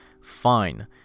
Fine